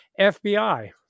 FBI